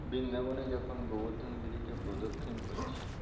বৃন্দাবনে যখন গোবর্ধনগিরিকে প্রদক্ষিণ করছি